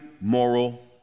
moral